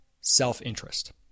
self-interest